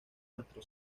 nuestro